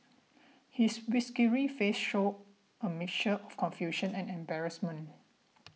his whiskery face shows a mixture of confusion and embarrassment